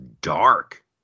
dark